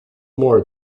more